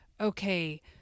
okay